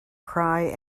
cry